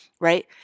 Right